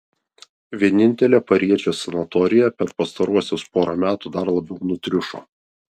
vienintelė pariečės sanatorija per pastaruosius porą metų dar labiau nutriušo